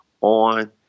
on